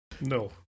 No